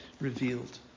revealed